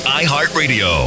iHeartRadio